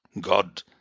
God